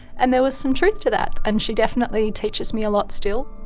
and there was some truth to that. and she definitely teaches me a lot still.